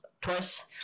twice